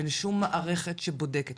אין שום מערכת שבודקת.